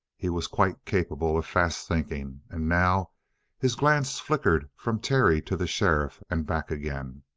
he was quite capable of fast thinking, and now his glance flickered from terry to the sheriff and back again.